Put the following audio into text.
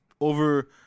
Over